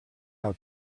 how